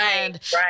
right